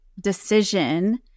decision